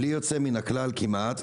-- בלי יוצא מן הכלל כמעט,